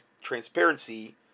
transparency